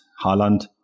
Haaland